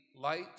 light